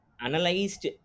analyzed